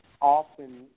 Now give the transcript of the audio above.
often